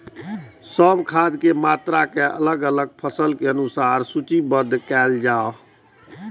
सब खाद के मात्रा के अलग अलग फसल के अनुसार सूचीबद्ध कायल जाओ?